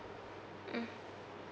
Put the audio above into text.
mm